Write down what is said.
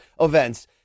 events